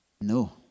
No